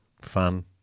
fun